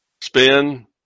spin